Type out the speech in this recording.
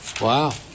Wow